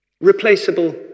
Replaceable